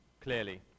clearly